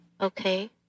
Okay